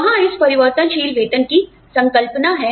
वहां इस परिवर्तनशील वेतन की संकल्पना है